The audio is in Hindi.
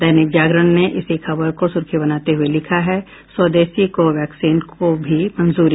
दैनिक जागरण ने इसी खबर को सुर्खी बनाते हुये लिखा है स्वदेशी कोवैक्सीन को भी मंजूरी